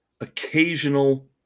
occasional